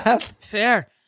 Fair